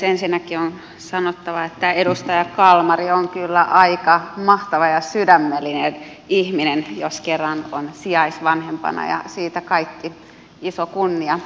ensinnäkin on sanottava että edustaja kalmari on kyllä aika mahtava ja sydämellinen ihminen jos kerran on sijaisvanhempana ja siitä kaikki iso kunnia hänelle